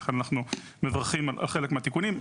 לכן אנחנו מברכים על חלק מהתיקונים.